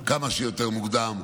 כמה שיותר מוקדם.